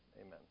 Amen